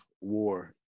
war